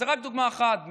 זו רק דוגמה אחת.